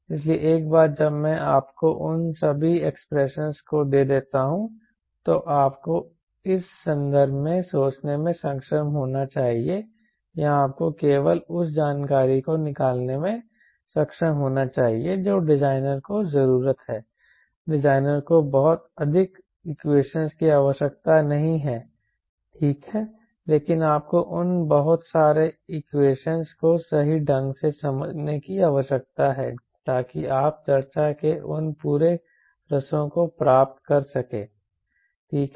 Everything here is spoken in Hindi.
इसलिए एक बार जब मैं आपको उन सभी एक्सप्रेशनस को दे देता हूं तो आपको इस संदर्भ में सोचने में सक्षम होना चाहिए या आपको केवल उस जानकारी को निकालने में सक्षम होना चाहिए जो डिजाइनर को जरूरत है डिजाइनर को बहुत अधिक इक्वेशनस की आवश्यकता नहीं है ठीक है लेकिन आपको उन बहुत सारे इक्वेशनस को सही ढंग से समझने की आवश्यकता है ताकि आप चर्चा के उन पूरे रसों को प्राप्त कर सकें ठीक है